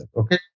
okay